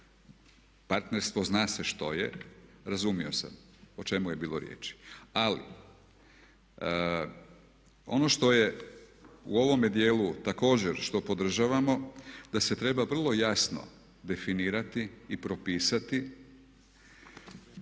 partnerstvo zna se što je, razumio sam o čemu je bilo riječi, ali ono što je u ovome dijelu također što podržavamo da se treba vrlo jasno definirati i propisati